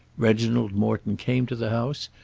reginald morton came to the house,